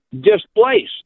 displaced